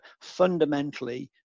fundamentally